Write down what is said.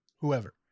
whoever